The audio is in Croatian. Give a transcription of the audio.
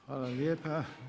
Hvala lijepa.